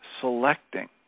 selecting